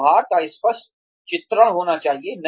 व्यवहार का स्पष्ट चित्रण होना चाहिए